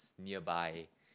nearby